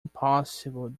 impossible